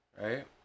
right